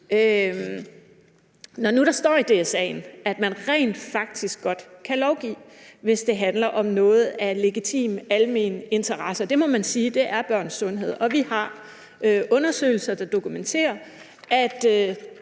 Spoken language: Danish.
når nu der står i DSA'en, at man rent faktisk godt kan lovgive, hvis det handler om noget af legitim almen interesse, og det må man sige at børns sundhed er. Og vi har undersøgelser, der dokumenterer, at